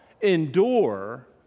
endure